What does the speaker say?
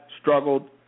struggled